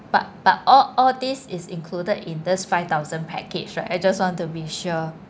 but but all all this is included in this five thousand package right I just want to be sure